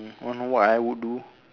don't know what I would do